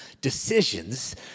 decisions